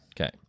Okay